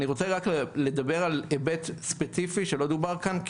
אני רוצה רק לדבר על היבט ספציפי שלא דובר כאן,